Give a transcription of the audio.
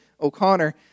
O'Connor